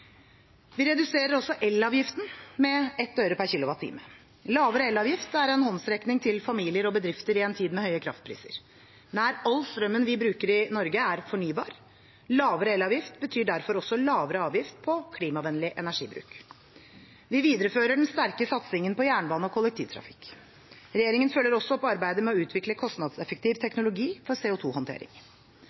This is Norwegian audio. Vi reduserer også elavgiften med ett øre per kilowatt-time. Lavere elavgift er en håndsrekning til familier og bedrifter i en tid med høye kraftpriser. Nær all strømmen vi bruker i Norge, er fornybar. Lavere elavgift betyr derfor også lavere avgift på klimavennlig energibruk. Vi viderefører den sterke satsingen på jernbane og kollektivtrafikk. Regjeringen følger også opp arbeidet med å utvikle kostnadseffektiv teknologi for